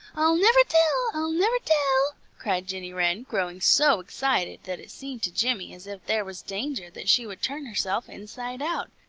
i'll never tell! i'll never tell! cried jenny wren, growing so excited that it seemed to jimmy as if there was danger that she would turn herself inside out.